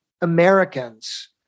Americans